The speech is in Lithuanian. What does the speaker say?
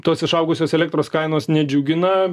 tos išaugusios elektros kainos nedžiugina